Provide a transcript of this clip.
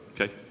okay